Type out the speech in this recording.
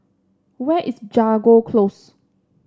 where is Jago Close